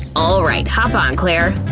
alright, hop on, claire!